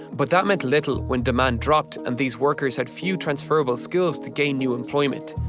but that meant little when demand dropped and these workers had few transferable skills to gain new employment.